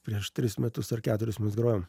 prieš tris metus ar keturis mes grojom